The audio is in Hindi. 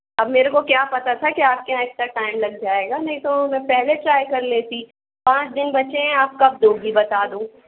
अब मेरे को क्या पता था की आपके यहाँ इतना टाइम लग जायेगा नहीं तो मैं पहले ट्राई कर लेती पाँच दिन बचे हैं आप कब दोगी बता दो